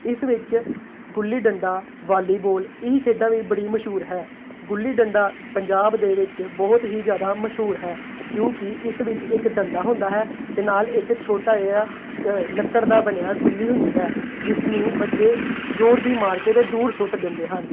ਇਸ ਵਿੱਚ ਗੁੱਲੀ ਡੰਡਾ ਵਾਲੀਬੋਲ ਇਹ ਖੇਡਾਂ ਵੀ ਬੜੀ ਮਸ਼ਹੂਰ ਹੈ ਗੁੱਲੀ ਡੰਡਾ ਪੰਜਾਬ ਦੇ ਵਿੱਚ ਬਹੁਤ ਹੀ ਜ਼ਿਆਦਾ ਮਸ਼ਹੂਰ ਹੈ ਕਿਉਂਕਿ ਇਸ ਵਿੱਚ ਇੱਕ ਡੰਡਾ ਹੁੰਦਾ ਹੈ ਅਤੇ ਨਾਲ ਇੱਕ ਛੋਟਾ ਜਿਹਾ ਅ ਲੱਕੜ ਦਾ ਬਣਿਆ ਗੁੱਲੀ ਹੁੰਦੀ ਹੈ ਜਿਸ ਨੂੰ ਬੱਚੇ ਜ਼ੋਰ ਦੀ ਮਾਰ ਕੇ ਅਤੇ ਦੂਰ ਸੁੱਟ ਦਿੰਦੇ ਹਨ